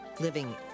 Living